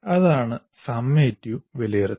അതാണ് സംഗ്രഹ വിലയിരുത്തൽ